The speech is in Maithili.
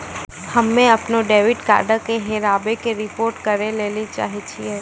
हम्मे अपनो डेबिट कार्डो के हेराबै के रिपोर्ट करै लेली चाहै छियै